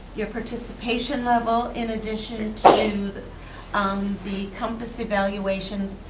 your participation level, in addition to the um the compass evaluations